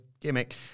gimmick